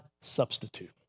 substitute